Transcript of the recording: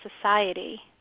society